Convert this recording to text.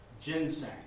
ginseng